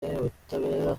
ubutabera